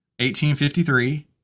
1853